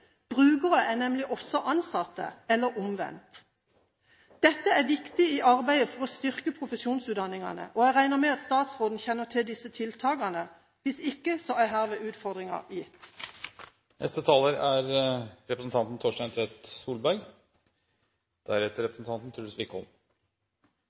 Brukere er nemlig også ansatte og omvendt. Dette er viktig i arbeidet med å styrke profesjonsutdanningene, og jeg regner med at statsråden kjenner til disse tiltakene. Hvis ikke er